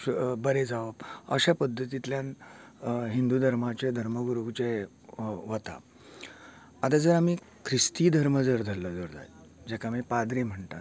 बरें जावप अश्या पध्दतींतल्यान हिंदू धर्माचे धर्मगुरू जे वता आता जर आमी क्रिस्ती धर्म जर धरलो जर जायत जेका आमी पाद्री म्हणटात